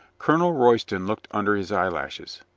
colonel royston looked under his eyelashes.